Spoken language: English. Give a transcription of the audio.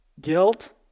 Guilt